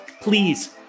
Please